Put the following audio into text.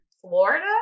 Florida